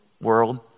world